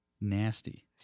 nasty